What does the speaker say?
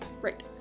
Right